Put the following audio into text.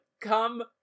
Come